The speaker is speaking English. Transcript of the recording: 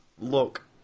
look